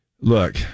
look